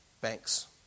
banks